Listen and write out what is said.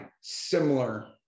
similar